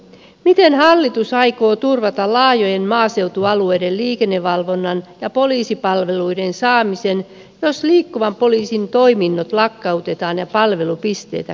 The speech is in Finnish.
miten hallitus aikoo turvata laajojen maaseutualueiden liikennevalvonnan ja poliisipalveluiden saamisen jos liikkuvan poliisin toiminnot lakkautetaan ja palvelupisteitä karsitaan